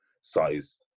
size